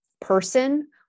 person